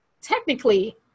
technically